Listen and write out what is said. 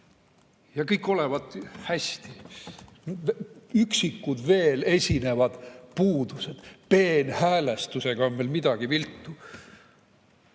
Ja kõik olevat hästi, üksikud veel esinevad puudused, peenhäälestusega on veel midagi viltu.